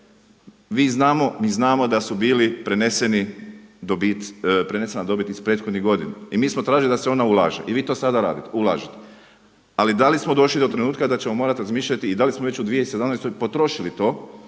Mi znamo da su bili prenesena dobit iz prethodnih godina i mi smo tražili da se ona ulaže i vi to sada ulažete. Ali da li smo došli do trenutka da ćemo morati razmišljati i da li smo već u 2017. potrošili to